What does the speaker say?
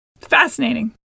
fascinating